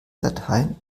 dateien